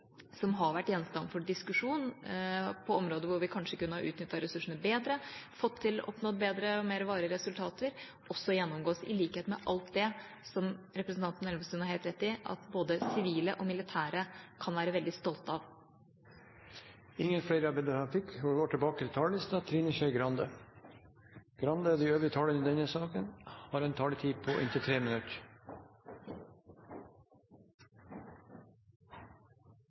som har vært gjenstand for diskusjon – områder hvor vi kanskje kunne ha utnyttet ressursene bedre, fått til og oppnådd bedre og mer varige resultater – også gjennomgås, i likhet med alt det som, det har representanten Elvestuen helt rett i, både sivile og militære kan være veldig stolte av. Replikkordskiftet er over. De talerne som heretter får ordet, har en taletid på inntil 3 minutter.